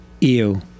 ew